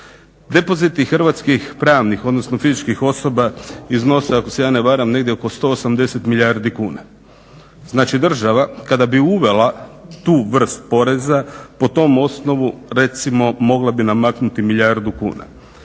Depoziti hrvatskih pravnih odnosno fizičkih osoba iznose ako se ja ne varam negdje oko 180 milijardi kuna. Znači država kada bi uvela tu vrst poreza po tom osnovu recimo mogla bi namaknuti milijardu kuna.